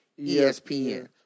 ESPN